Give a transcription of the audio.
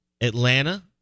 Atlanta